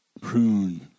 Prune